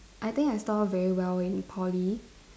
I think I score very well in Poly